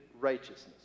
righteousness